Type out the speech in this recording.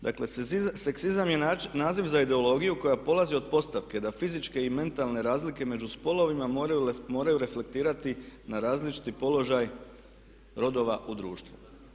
Dakle, seksizam je naziv za ideologiju koja polazi od postavke da fizičke i mentalne razlike među spolovima moraju reflektirati na različiti položaj rodova u društvu.